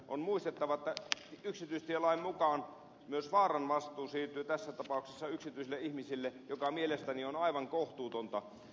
on muistettava että yksityistielain mukaan myös vaaran vastuu siirtyy tässä tapauksessa yksityisille ihmisille mikä mielestäni on aivan kohtuutonta